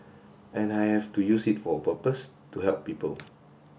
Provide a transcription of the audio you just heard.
and I have to use it for a purpose to help people